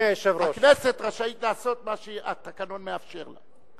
הכנסת רשאית לעשות מה שהתקנון מאפשר לה,